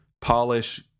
polish